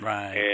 Right